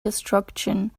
destruction